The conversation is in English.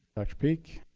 dr. peak.